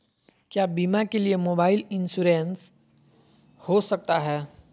क्या बीमा के लिए मोबाइल इंश्योरेंस हो सकता है?